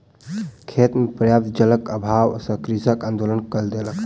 खेत मे पर्याप्त जलक अभाव सॅ कृषक आंदोलन कय देलक